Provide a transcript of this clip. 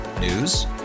news